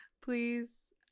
please